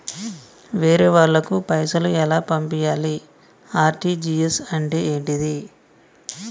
వేరే వాళ్ళకు పైసలు ఎలా పంపియ్యాలి? ఆర్.టి.జి.ఎస్ అంటే ఏంటిది?